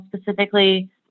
specifically